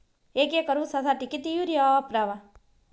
एक एकर ऊसासाठी किती युरिया वापरावा?